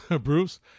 Bruce